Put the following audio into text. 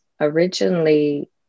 originally